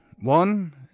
One